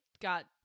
got